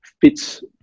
fits